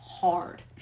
hard